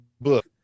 book